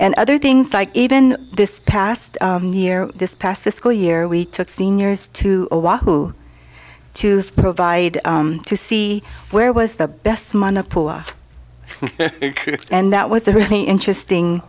and other things like even this past year this past the school year we took seniors to oahu to provide to see where was the best mana pool and that was a really interesting